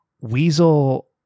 Weasel